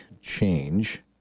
change